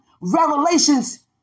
Revelations